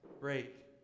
break